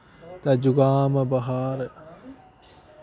ते जकाम बखार